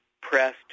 pressed